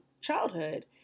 childhood